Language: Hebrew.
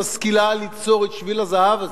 שמשכילה ליצור את שביל הזהב הזה.